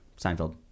Seinfeld